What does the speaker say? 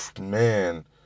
man